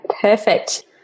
perfect